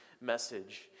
message